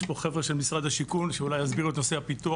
יש פה חבר'ה של משרד השיכון שאולי יסבירו את נושא הפיתוח.